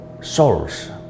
souls